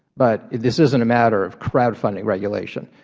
but this isn't a matter of crowdfunding regulation.